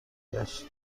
گشت